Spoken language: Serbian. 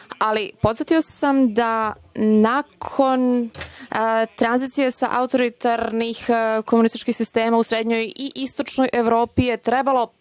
ali podsetio sam da nakon tranzicije sa autoritarnih komunističkih sistema u srednjoj i istočnoj Evropi je trebalo